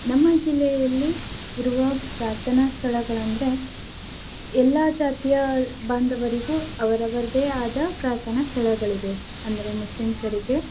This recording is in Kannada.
ನಮ್ಮ ಜಿಲ್ಲೆಯಲ್ಲಿ ಇರುವ ಪ್ರಾರ್ಥನಾ ಸ್ಥಳಗಳೆಂದರೆ ಎಲ್ಲ ಜಾತಿಯ ಬಾಂಧವರಿಗೂ ಅವರವರದೇ ಆದ ಪ್ರಾರ್ಥನಾ ಸ್ಥಳಗಳಿವೆ ಅಂದರೆ ಮುಸ್ಲಿಮ್ಸರಿಗೆ